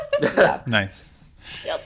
Nice